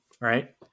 right